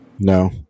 No